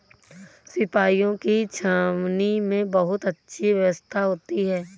सिपाहियों की छावनी में बहुत अच्छी व्यवस्था होती है